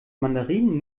mandarinen